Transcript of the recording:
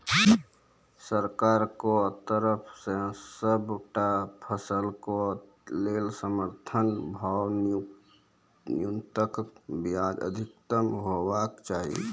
सरकारक तरफ सॅ सबटा फसलक लेल समर्थन भाव न्यूनतमक बजाय अधिकतम हेवाक चाही?